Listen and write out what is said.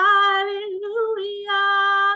Hallelujah